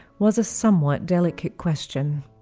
was a somewhat delicate question